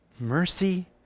mercy